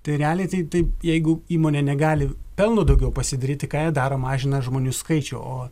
tai realiai tai tai jeigu įmonė negali pelno daugiau pasidaryt tai ką jie daro mažina žmonių skaičių o